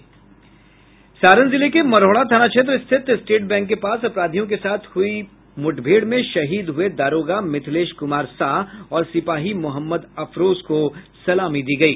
सारण जिले के मरौढ़ा थाना क्षेत्र स्थित स्टेट बैंक के पास अपराधियों के साथ हुई हुयी मुठभेड़ में शहीद हुये दारोगा मिथिलेश कुमार साह और सिपाही मोहम्मद अफरोज को सलामी दी गयी